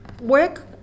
work